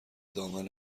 دامن